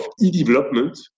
e-development